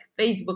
Facebook